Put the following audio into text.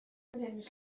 wyt